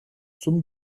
zum